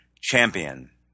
champion